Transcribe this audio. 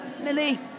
Lily